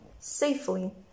safely